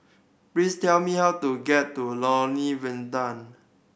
please tell me how to get to Lornie